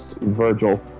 Virgil